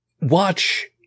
watch